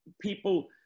people